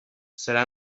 serà